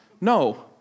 No